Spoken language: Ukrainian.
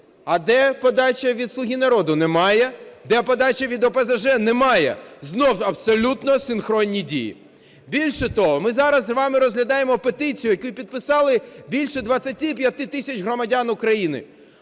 А де подача від "Слуги народу"? Немає. Де подача від ОПЗЖ? Немає. Знову абсолютно синхронні дії. Більше того, ми зараз з вами розглядаємо петицію, яку підписали більше 25 тисяч громадян України.